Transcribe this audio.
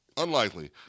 Unlikely